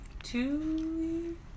Two